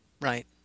Right